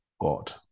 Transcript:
God